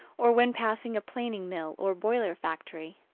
or when passing a planing mill or boiler factory.